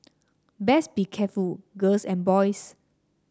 best be careful girls and boys